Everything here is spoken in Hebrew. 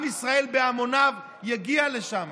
עם ישראל בהמוניו יגיע לשם.